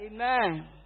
Amen